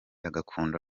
agakunda